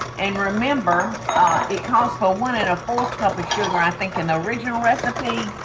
and remember it calls for one and a fourth cup of sugar, i think in the original recipe.